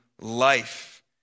life